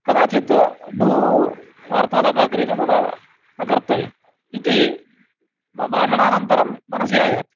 कदाचित् बहु वार्तालापः क्रियते तदा न कर्तव्यम् इति भाषणानन्तरं मनसि आयाति